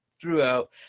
throughout